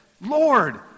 Lord